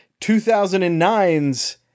2009's